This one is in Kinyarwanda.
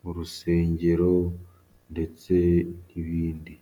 mu rusengero ndetse n'ibindi.